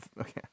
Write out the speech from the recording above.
Okay